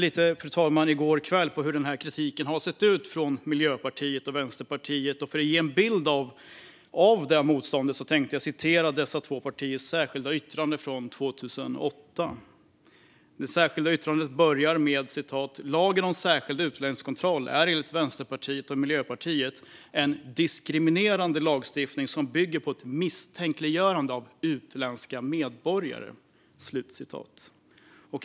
Jag tittade lite i går kväll på hur kritiken har sett ut från Miljöpartiet och Vänsterpartiet, och för att ge en bild av det motståndet tänkte jag citera ur dessa två partiers särskilda yttrande från 2008. Det särskilda yttrandet börjar: "Lagen om särskild utlänningskontroll är enligt vår mening en diskriminerande lagstiftning som bygger på ett misstänkliggörande av utländska medborgare."